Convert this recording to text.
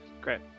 great